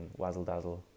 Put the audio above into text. wazzle-dazzle